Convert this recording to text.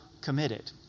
committed